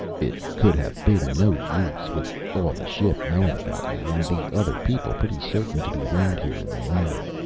it could have been no use, with all the ship knowing about me and the other people pretty certain to be round here in the morning.